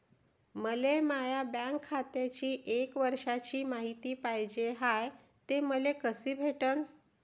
मले माया बँक खात्याची एक वर्षाची मायती पाहिजे हाय, ते मले कसी भेटनं?